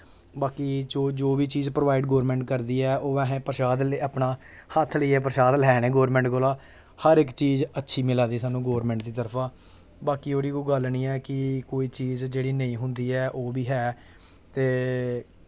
बाकी जो जो चीज बी प्रोवाइड गौरमेंट करदी ऐ ओह् असें प्रशाद अपना हत्थ लेइयै प्रशाद लैने गौरमेंट कोला हर इक चीज अच्छी मिला दी सानूं गौरमेंट दी तरफ दा बाकी ओह्ड़ी कोई गल्ल निं ऐ कि कोई चीज जेह्ड़ी नेईं होंदी ऐ ओह् बी ऐ ते